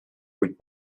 kuid